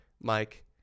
Mike